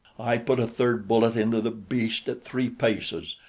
i put a third bullet into the beast at three paces,